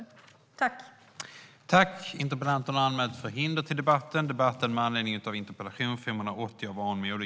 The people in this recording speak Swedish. Då Aron Modig, som framställt interpellationen, anmält att han var förhindrad att närvara vid sammanträdet förklarade förste vice talmannen överläggningen avslutad.